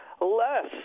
less